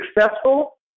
successful